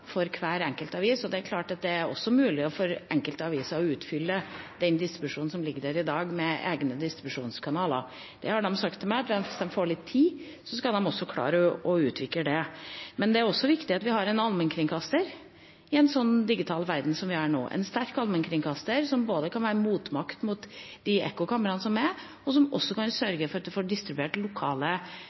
for hver enkelt avis. Klart det er mulig for enkelte aviser å utfylle distribusjonen som ligger der i dag med egne distribusjonskanaler. De har sagt til meg at om de får litt tid, skal de klare å utvikle det. Men det er også viktig at vi har en allmennkringkaster i en slik digital verden som vi er nå – en sterk allmennkringkaster som både kan være motmakt mot de ekkokamrene som er og sørge for at lokale nyheter distribueres. Vi ser at NRK tar den rollen flere steder der man ikke har lokalavis. Der opptrer de